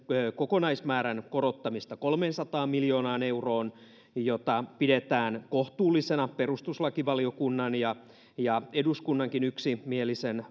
kokonaismäärän korottamista kolmeensataan miljoonaan euroon jota pidetään kohtuullisena perustuslakivaliokunnan ja ja eduskunnankin yksimielisen